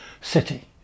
city